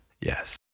yes